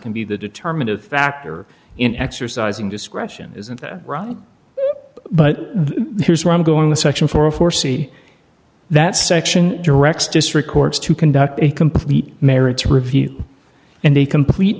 can be the determining factor in exercising discretion isn't that right but there's where i'm going with section four of foresee that section directs district courts to conduct a complete merits review and a complete